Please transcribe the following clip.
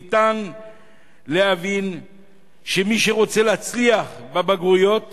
ניתן להבין שמי שרוצה להצליח בבגרויות